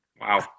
Wow